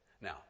now